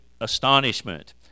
astonishment